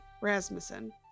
Rasmussen